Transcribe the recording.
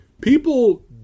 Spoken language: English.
People